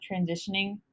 transitioning